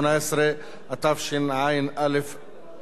התשע"א 2011,